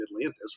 Atlantis